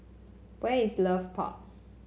where is Leith Park